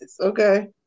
Okay